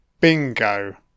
Bingo